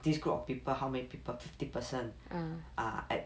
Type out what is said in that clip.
this group of people how many people fifty person ah ah I